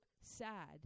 sad